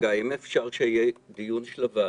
רגע, אם אפשר, שיהיה דיון נוסף של הוועדה.